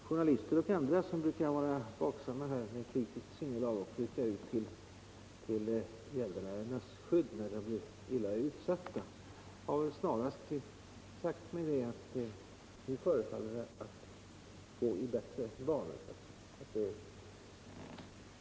Journalister och andra som brukar vara vaksamma och med kritiskt sinnelag rycka ut till gäldenärernas skydd när de blir illa utsatta har snarast sagt mig att allt förefaller att gå bättre.